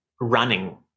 running